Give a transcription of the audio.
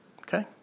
Okay